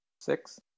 Six